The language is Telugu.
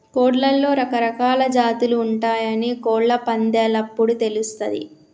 కోడ్లలో రకరకాలా జాతులు ఉంటయాని కోళ్ళ పందేలప్పుడు తెలుస్తది